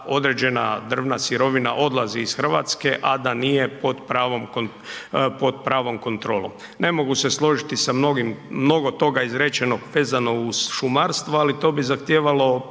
drvna sirovina odlazi iz Hrvatske a da nije pod pravom kontrolom. Ne mogu se složiti sa mnogo toga izrečenog vezano uz šumarstvo ali to bi zahtijevalo